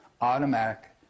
automatic